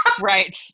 right